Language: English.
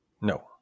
No